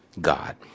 God